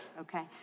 Okay